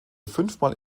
fünfmal